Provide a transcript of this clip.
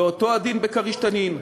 ואותו הדין ב"כריש" "תנין".